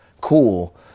cool